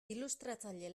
ilustratzaile